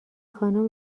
خانوم